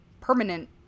permanent